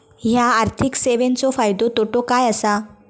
हया आर्थिक सेवेंचो फायदो तोटो काय आसा?